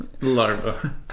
larva